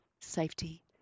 safety